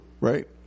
right